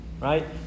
right